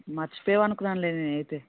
మర్చిపోయావు అనుకున్నానులే నేనయితే